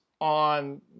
on